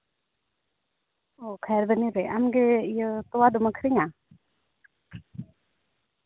ᱚ ᱠᱷᱟᱭᱟᱨᱵᱚᱱᱤ ᱨᱮ ᱟᱢ ᱜᱮ ᱛᱚᱣᱟ ᱫᱚᱢ ᱟᱠᱷᱨᱤᱧᱟ